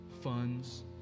funds